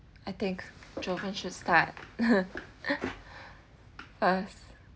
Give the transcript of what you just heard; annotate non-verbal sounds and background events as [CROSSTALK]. I think joveen should start [LAUGHS] cause